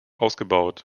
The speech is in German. ausgebaut